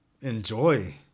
enjoy